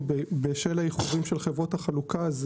בשל האיחודים של חברות החלוקה,